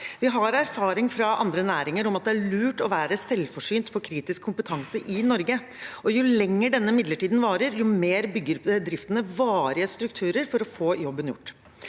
Vi har erfaring fra andre næringer om at det er lurt å være selvforsynt på kritisk kompetanse i Norge. Jo lenger denne midlertidig forhøyde arbeidsgiveravgiften varer, jo mer bygger bedriftene varige strukturer for å få jobben gjort.